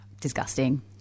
disgusting